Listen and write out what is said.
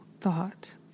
thought